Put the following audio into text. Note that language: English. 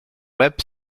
web